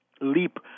leap